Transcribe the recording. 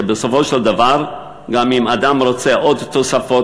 שבסופו של דבר גם אם אדם רוצה עוד תוספות,